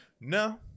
No